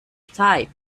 type